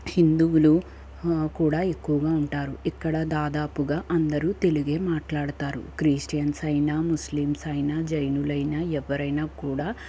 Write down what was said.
హిందువులు కూడా ఎక్కువగా ఉంటారు ఇక్కడ దాదాపుగా అందరూ తెలుగే మాట్లాడుతారు క్రిస్టియన్స్ అయినా హిందువులైన ముస్లిమ్స్ అయినా జైనులైనా ఎవ్వరైనా కూడా